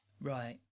right